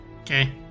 okay